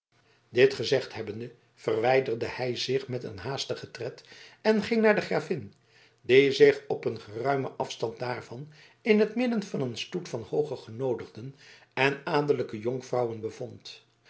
dit gezegd hebbende verwijderde hij zich met een haastigen tred en ging naar de gravin die zich op een geruimen afstand vandaar in t midden van een stoet van hooge genoodigden en adellijke jonkvrouwen bevond